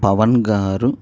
పవన్ గారు